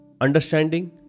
understanding